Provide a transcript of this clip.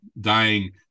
dying